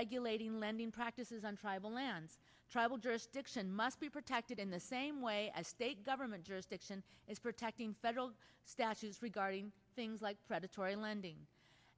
regulating lending practices on tribal lands tribal jurisdiction must be protected in the same way as state government jurisdiction is protecting federal statutes regarding things like predatory lending